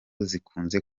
zikunze